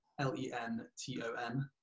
L-E-N-T-O-N